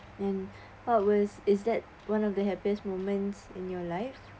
and what was is that one of the happiest moments in your life